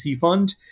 fund